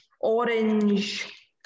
orange